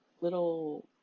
little